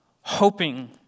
hoping